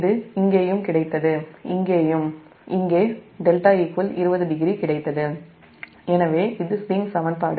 இது இங்கேயும் கிடைத்தது இங்கேயும் δ 200 கிடைத்தது எனவே இது ஸ்விங் சமன்பாடு